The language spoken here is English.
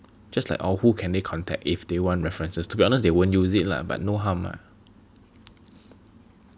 just like or who can they contact if they want references to be honest they won't use it lah but no harm lah